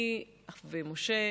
משה,